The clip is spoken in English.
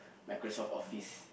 Microsoft-Office